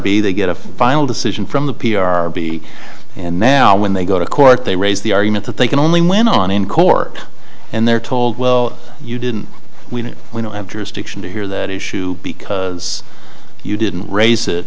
b they get a final decision from the p r b and now when they go to court they raise the argument that they can only win on in court and they're told well you didn't we didn't we don't have jurisdiction to hear that issue because you didn't raise it